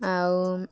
ଆଉ